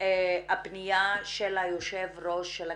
הפנייה של יושב-ראש הכנסת,